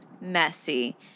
messy